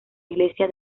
iglesia